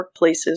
workplaces